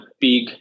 big